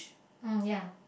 mm ya